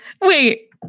wait